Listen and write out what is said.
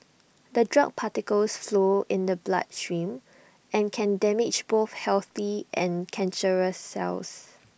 the drug particles flow in the bloodstream and can damage both healthy and cancerous cells